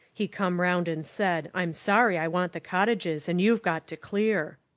he come round and said i'm sorry i want the cottages, and you've got to clear.